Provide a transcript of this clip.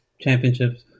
championships